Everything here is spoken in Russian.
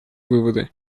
выводы